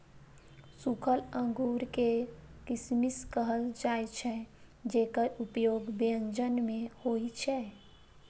सूखल अंगूर कें किशमिश कहल जाइ छै, जेकर उपयोग व्यंजन मे होइ छै